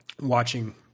watching